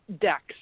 decks